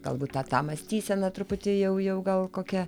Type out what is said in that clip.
galbūt tą tą mąstyseną truputį jau gal kokia